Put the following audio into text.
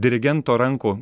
dirigento rankų